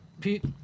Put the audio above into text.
Pete